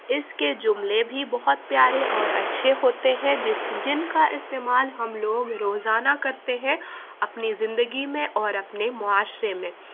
اس کے جملے بھی بہت پیارے اور اچھے ہوتے ہیں جس جن کا استعمال ہم لوگ روزانہ کرتے ہیں اپنی زندگی میں اور اپنے معاشرے میں